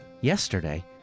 Yesterday